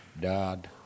dad